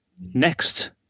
next